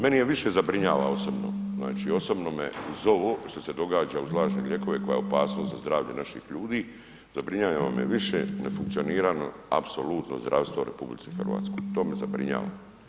Mene više zabrinjava osobno, znači osobno me zovu što se događa uz lažne lijekove koja je opasnost za zdravlje naših ljudi, zabrinjava me više ne funkcioniranje apsolutno zdravstva u RH, to me zabrinjava.